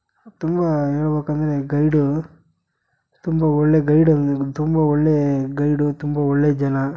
ತುಂಬ ಹೇಳ್ಬೇಕಂದ್ರೆ ಗೈಡು ತುಂಬ ಒಳ್ಳೆಯ ಗೈಡ್ ತುಂಬ ಒಳ್ಳೆಯ ಗೈಡು ತುಂಬ ಒಳ್ಳೆಯ ಜನ